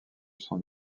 son